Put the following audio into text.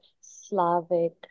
Slavic